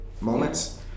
moments